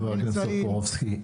חבר הכנסת טופורובסקי,